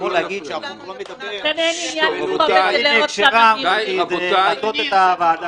לבוא ולהגיד שהחוק לא מדבר --- זה להטעות את הוועדה.